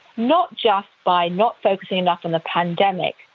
not just by not focusing enough on the pandemic,